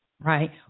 right